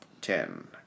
Ten